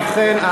ובכן,